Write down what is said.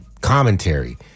commentary